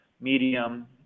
medium